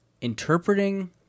interpreting